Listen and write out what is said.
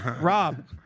Rob